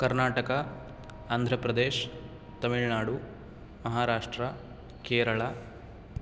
Karnataka आन्ध्रप्रदेः Tamil Nadu Maharashtra Kerala